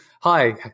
Hi